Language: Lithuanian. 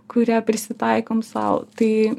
kurią prisitaikom sau tai